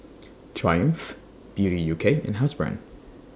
Triumph Beauty U K and Housebrand